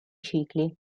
cicli